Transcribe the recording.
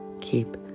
keep